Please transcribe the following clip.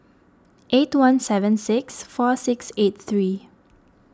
eight one seven six four six eight three